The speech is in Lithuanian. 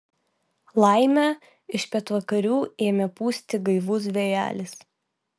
laimė iš pietvakarių ėmė pūsti gaivus vėjelis